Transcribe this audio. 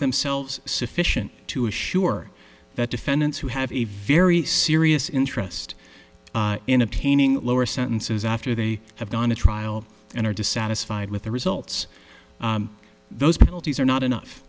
themselves sufficient to assure that defendants who have a very serious interest in obtaining lower sentences after they have gone to trial and are dissatisfied with the results those penalties are not enough